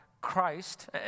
Christ